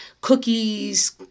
cookies